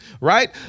right